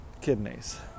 kidneys